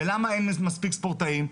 ולמה אין מספיק ספורטאים?